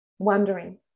wondering